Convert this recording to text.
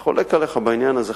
אני חולק עליך בעניין הזה,